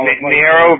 Narrow